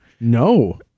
No